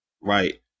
right